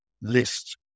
list